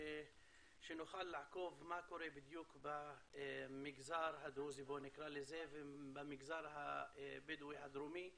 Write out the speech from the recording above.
ושנוכל לעקוב מה קורה בדיוק במגזר הדרוזי ובמגזר הבדואי הדרומי בנגב.